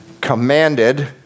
commanded